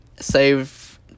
save